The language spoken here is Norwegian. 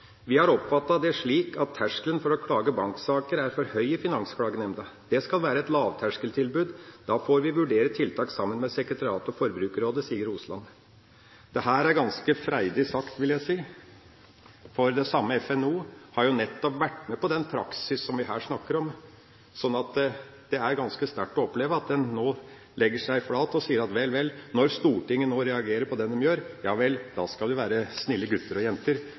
har oppfattet det slik at terskelen for å klage i banksaker er for høy i Finansklagenemnda. Det skal være et lavterskeltilbud, da får vi vurdere tiltak sammen med sekretariatet og Forbrukerrådet, sier Osland.» Dette er ganske freidig sagt, vil jeg si. Den samme FNO har nettopp vært med på den praksis vi her snakker om, så det er ganske sterkt å oppleve at en nå legger seg flat og sier: Vel, vel, når Stortinget nå reagerer på det de gjør, ja vel, da skal vi være snille gutter og jenter.